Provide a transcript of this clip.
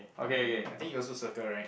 okay I think you also circle right